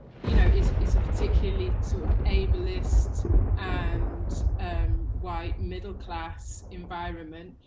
you know it's it's a particularly sort of ableist and white middle class environment,